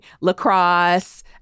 lacrosse